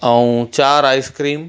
ऐं चार आइस्क्रीम